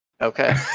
Okay